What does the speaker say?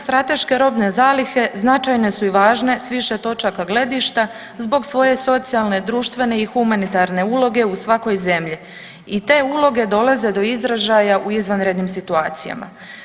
Strateške robne zalihe značajne su i važne s više točaka gledišta zbog svoje socijalne, društvene i humanitarne uloge u svakoj zemlji i te uloge dolaze do izražaja u izvanrednim situacijama.